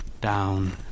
Down